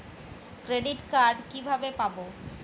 Credit card কিভাবে পাব?